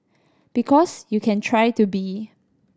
because you can try to be